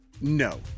No